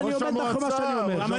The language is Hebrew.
ואני עומד מאחורי מה שאני אומר.